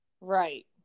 Right